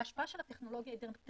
ההשפעה של הטכנולוגיה היא דטרמיניסטית.